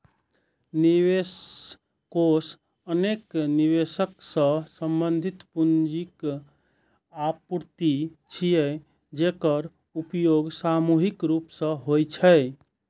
निवेश कोष अनेक निवेशक सं संबंधित पूंजीक आपूर्ति छियै, जेकर उपयोग सामूहिक रूप सं होइ छै